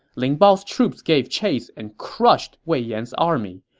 ling bao's troops gave chase and crushed wei yan's army.